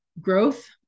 growth